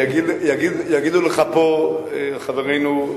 יגידו לך פה חברינו,